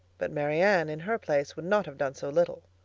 but marianne, in her place, would not have done so little.